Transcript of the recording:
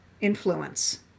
influence